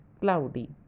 cloudy